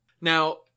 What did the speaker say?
Now